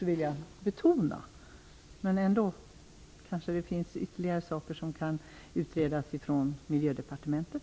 Det vill jag betona. Men det finns kanske ytterligare saker som kan utredas av Miljödepartementet.